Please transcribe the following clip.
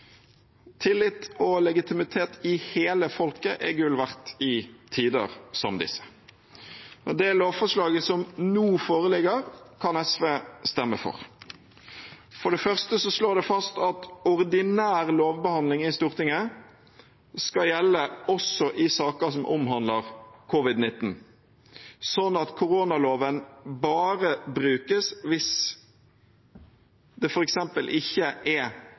Tillit og legitimitet i hele folket er gull verdt i tider som disse. Det lovforslaget som nå foreligger, kan SV stemme for. For det første slår det fast at ordinær lovbehandling i Stortinget skal gjelde også i saker som omhandler covid-19, sånn at koronaloven bare brukes hvis det f.eks. ikke er